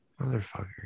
Motherfucker